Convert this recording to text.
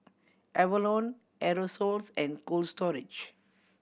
Avalon Aerosoles and Cold Storage